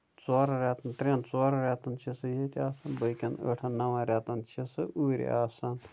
ژورَن ریٚتن ترٛیَن ژورَن ریٚتن چھُ سُہ ییٚتۍ آسان باقین ٲٹھن نَون ریٚتن چھُ سُہ اوٗرۍ آسان